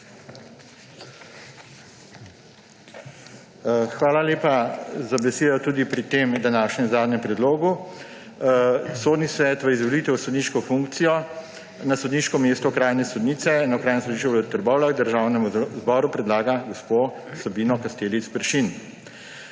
Hvala lepa za besedo tudi pri tem današnjem zadnjem predlogu. Sodni svet v izvolitev v sodniško funkcijo na sodniško mesto okrajne sodnice na Okrajno sodišče v Trbovljah Državnemu zboru predlaga gospo Sabino Kastelic Peršin.